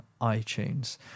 iTunes